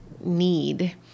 Need